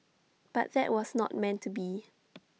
but that was not meant to be